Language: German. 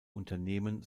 unternehmen